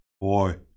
Boy